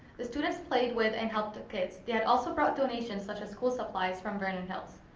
the students played with and helped the kids. they had also brought donations such as school supplies from vernon hills.